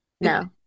No